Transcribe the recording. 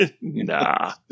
Nah